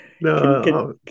No